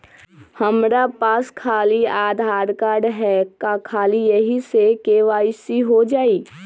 हमरा पास खाली आधार कार्ड है, का ख़ाली यही से के.वाई.सी हो जाइ?